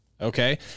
Okay